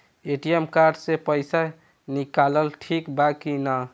ATM card से पईसा निकालल ठीक बा की ना?